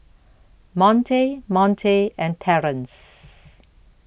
Monte Monte and Terrence